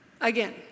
Again